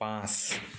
পাঁচ